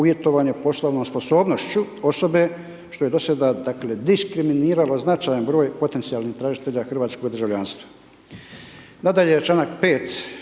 uvjetovanje poslovnom sposobnošću osobe što je do sada diskriminiralo značajan broj potencijalnih tražitelja hrvatskog državljanstva.